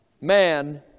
man